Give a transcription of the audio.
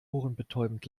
ohrenbetäubend